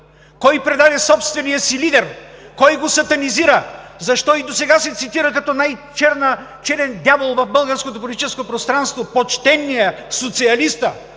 Кой предаде собствения си лидер? Кой го сатанизира? Защо и досега се цитира като най-черен дявол в българското политическо пространство почтеният, социалиста?